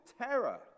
terror